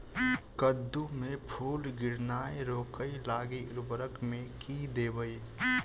कद्दू मे फूल गिरनाय रोकय लागि उर्वरक मे की देबै?